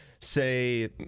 say